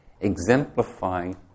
exemplifying